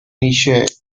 niche